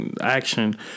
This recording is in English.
action